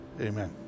amen